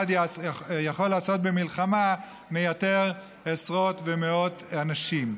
יכול לעשות במלחמה מייתר עשרות ומאות אנשים.